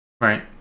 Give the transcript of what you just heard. Right